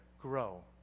grow